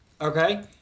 okay